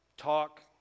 talk